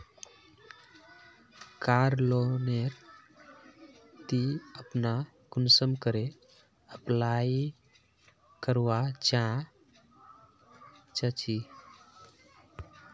कार loan नेर ती अपना कुंसम करे अप्लाई करवा चाँ चची?